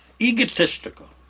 Egotistical